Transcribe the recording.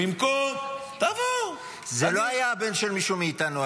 במקום שתבוא --- זה לא היה הבן של מישהו מאיתנו,